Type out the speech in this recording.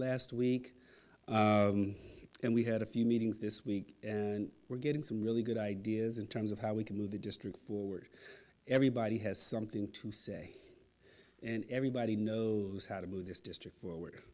last week and we had a few meetings this week we're getting some really good ideas in terms of how we can move the district forward everybody has something to say and everybody knows how to move this district forward